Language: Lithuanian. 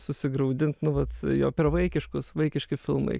susigraudint nu vat jo per vaikiškus vaikiški filmai